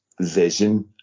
vision